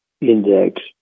index